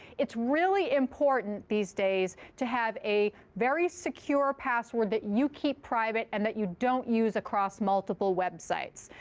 it's really important these days to have a very secure password that you keep private and that you don't use across multiple websites.